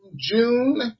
June